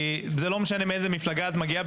כי זה לא משנה מאיזה מפלגה את מגיעה,